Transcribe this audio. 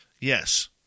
yes